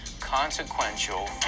consequential